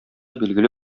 билгеле